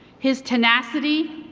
his tenacity,